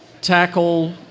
tackle